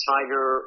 Tiger